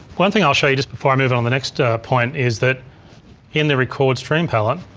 one thing i'll show you just before i move on the next point is that in the record stream palette.